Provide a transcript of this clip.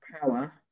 power